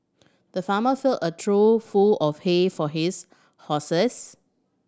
the farmer filled a trough full of hay for his horses